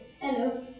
Hello